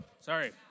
Sorry